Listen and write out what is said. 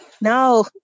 No